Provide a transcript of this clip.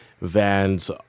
Vans